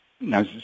Now